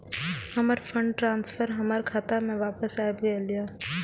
हमर fund transfer हमर खाता में वापस आब गेल या